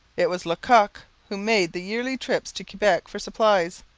it was le coq who made the yearly trips to quebec for supplies,